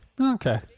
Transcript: Okay